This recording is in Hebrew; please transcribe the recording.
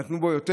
נתנו בו יותר.